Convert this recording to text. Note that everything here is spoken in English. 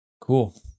Cool